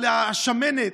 על השמנת.